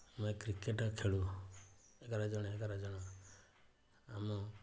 ଆମେ କ୍ରିକେଟ୍ ଖେଳୁ ଏଗାର ଜଣ ଏଗାର ଜଣ ଆମ